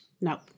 No